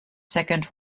second